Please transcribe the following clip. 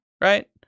right